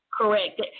Correct